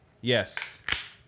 Yes